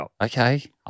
Okay